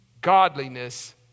godliness